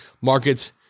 markets